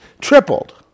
tripled